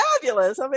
fabulous